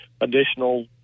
additional